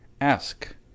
Ask